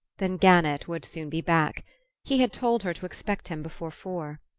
then gannett would soon be back he had told her to expect him before four.